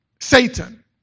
Satan